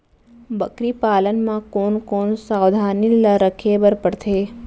बकरी पालन म कोन कोन सावधानी ल रखे बर पढ़थे?